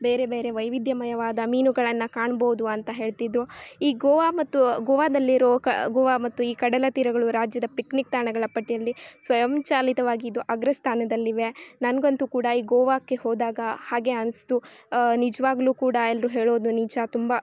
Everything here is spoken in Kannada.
ಬೇರೆ ಬೇರೆ ವೈವಿಧ್ಯಮಯವಾದ ಮೀನುಗಳನ್ನು ಕಾಣ್ಬೋದು ಅಂತ ಹೇಳ್ತಿದ್ರು ಈ ಗೋವಾ ಮತ್ತು ಗೋವಾದಲ್ಲಿರೋ ಕ ಗೋವಾ ಮತ್ತು ಈ ಕಡಲ ತೀರಗಳು ರಾಜ್ಯದ ಪಿಕ್ನಿಕ್ ತಾಣಗಳ ಪಟ್ಟಿಯಲ್ಲಿ ಸ್ವಯಂ ಚಾಲಿತವಾಗಿದ್ದವು ಅಗ್ರ ಸ್ಥಾನದಲ್ಲಿವೆ ನನ್ಗಂತೂ ಕೂಡ ಈ ಗೋವಾಕ್ಕೆ ಹೋದಾಗ ಹಾಗೆ ಅನ್ನಿಸ್ತು ನಿಜವಾಗ್ಲೂ ಕೂಡ ಎಲ್ಲರೂ ಹೇಳೋದು ನಿಜ ತುಂಬ